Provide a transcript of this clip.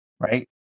Right